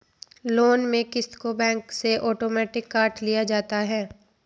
loan में क़िस्त को बैंक से आटोमेटिक काट लिया जाता है